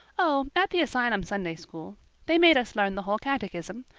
oh, at the asylum sunday-school. they made us learn the whole catechism.